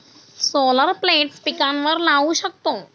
solar plates पिकांवर लाऊ शकतो